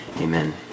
amen